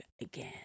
again